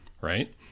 right